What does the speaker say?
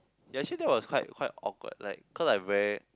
ya actually that was quite quite awkward like cause I ve~